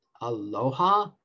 Aloha